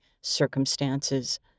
circumstances